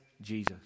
Jesus